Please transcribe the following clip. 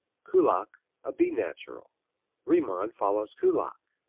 kullak a b natural riemann follows kullak.